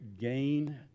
gain